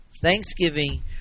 Thanksgiving